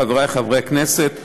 חברי חברי הכנסת,